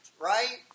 right